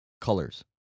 colors